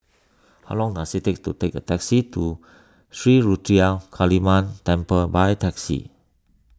how long does it take to take a taxi to Sri Ruthra Kaliamman Temple by taxi